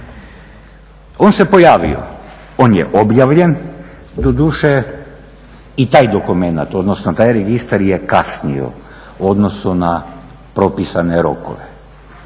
On se pojavio, on je objavljen, doduše i taj dokumenat, odnosno taj registar je kasnio u odnosu na propisane rokove.